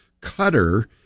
cutter